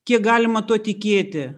kiek galima tuo tikėti